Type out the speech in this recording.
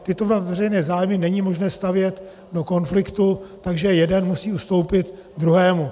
Tyto dva veřejné zájmy není možné stavět do konfliktu, takže jeden musí ustoupit druhému.